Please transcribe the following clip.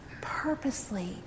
purposely